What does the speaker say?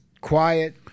quiet